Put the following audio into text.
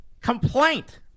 complaint